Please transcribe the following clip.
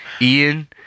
Ian